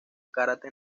karate